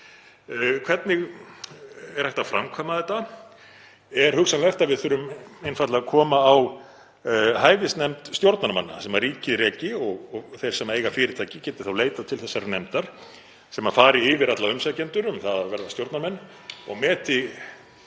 hvernig er þá hægt að framkvæma þetta? Er hugsanlegt að við þurfum einfaldlega að koma á hæfisnefnd stjórnarmanna sem ríkið reki og þeir sem eiga fyrirtæki geti leitað til þessarar nefndar sem fari yfir alla sem sækja um að verða stjórnarmenn (Forseti